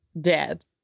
Dead